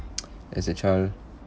as a child